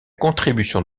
contribution